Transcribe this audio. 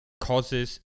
causes